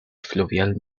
fluvial